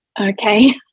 Okay